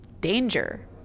danger